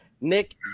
Nick